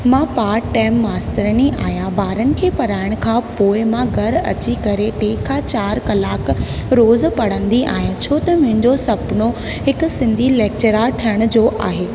मां part time मास्तरनी आहियां ॿारनि खे पढ़ाइण खां पोएं मां घर अची करे टे खां चारि कलाक रोज़ु पढ़ंदी आहियां छो त मुंहिंजो सुपिनो हिकु सिंधी लैक्चरार ठहिण जो आहे